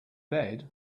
bed